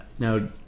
Now